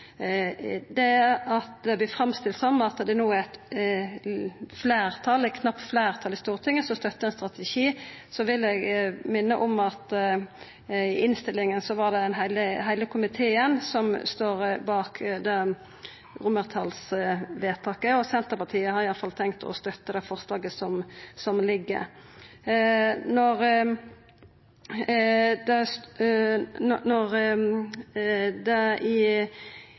Når det vert framstilt som at det no er eit knapt fleirtal i Stortinget som støttar ein strategi, vil eg minna om at i innstillinga står heile komiteen bak romartalsvedtaket, og Senterpartiet har i alle fall tenkt å støtta det forslaget som ligg. Når det i